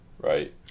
right